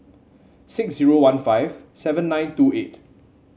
six zero one five seven nine two eight